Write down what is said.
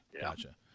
Gotcha